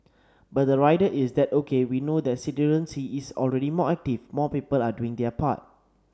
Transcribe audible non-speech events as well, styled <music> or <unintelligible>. but the rider is that O K we know that <unintelligible> is already more active more people are doing their part